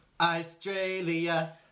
Australia